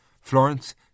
Florence